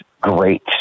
great